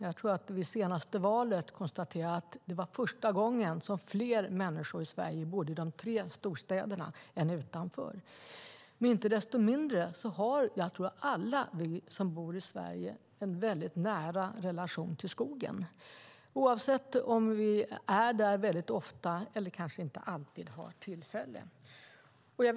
Vid det senaste valet konstaterade vi att det var första gången som fler människor i Sverige bodde i de tre storstäderna än utanför. Inte desto mindre har alla vi som bor i Sverige en nära relation till skogen, oavsett om vi är där ofta eller om vi inte alltid har tillfälle till det.